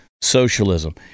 socialism